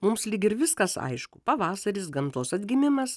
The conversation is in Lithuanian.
mums lyg ir viskas aišku pavasaris gamtos atgimimas